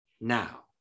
now